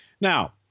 now